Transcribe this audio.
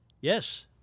Yes